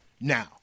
Now